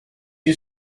you